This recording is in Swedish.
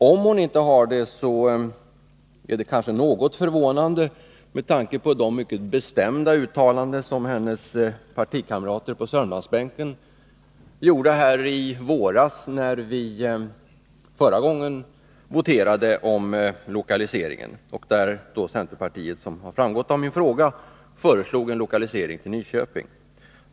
Om hon inte har det, är det kanske något förvånande med tanke på de mycket bestämda uttalanden som hennes partikamrater på Sörmlandsbänken gjorde här i våras innan vi den gången voterade om lokaliseringen. Som framgått av min fråga föreslog centerpartiet en lokalisering till Nyköping.